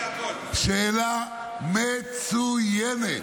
שאלה מצוינת,